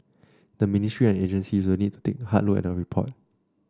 the ministry and agencies really need to take a hard look at the report